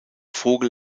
vogel